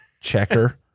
checker